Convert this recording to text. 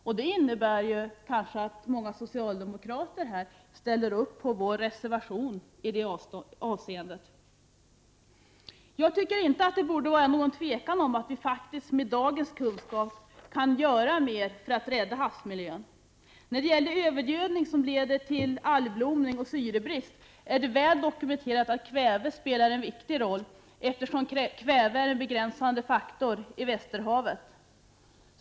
Det kanske innebär att många socialdemokrater stöder vår reservation i det avseendet. Det borde inte råda något tvivel om att vi med dagens kunskap kan göra mer för att rädda havsmiljön. Det är väl dokumenterat att kväve spelar en viktig roll när det gäller övergödning som leder till algblomning och syrebrist, eftersom kväve är en begränsande faktor i Västerhavet.